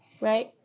Right